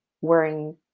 wearing